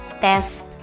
test